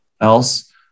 else